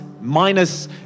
minus